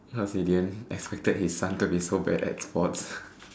cause he didn't expected his son to be so bad at sports